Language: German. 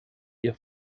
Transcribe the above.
ihr